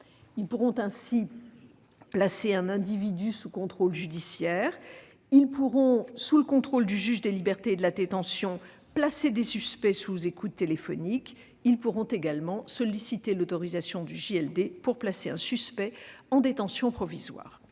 Ils pourront ainsi placer un individu sous contrôle judiciaire ; ils pourront, sous le contrôle du juge des libertés et de la détention (JLD), placer des suspects sous écoutes téléphoniques ; ils pourront également solliciter l'autorisation du JLD pour placer un suspect en détention provisoire.